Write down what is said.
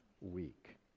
week